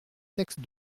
texte